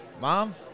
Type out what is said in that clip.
Mom